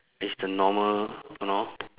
it's the normal